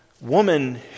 woman